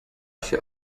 się